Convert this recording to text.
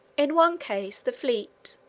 in one case, the fleet,